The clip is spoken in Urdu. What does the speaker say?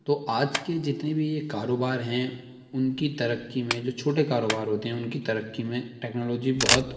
تو آج کے جتنے بھی یہ کاروبار ہیں ان کی ترقی میں جو چھوٹے کاروبار ہوتے ہیں ان کی ترقی میں ٹیکنالوجی بہت